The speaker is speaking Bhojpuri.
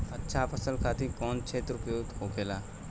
अच्छा फसल खातिर कौन क्षेत्र उपयुक्त होखेला?